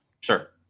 Sure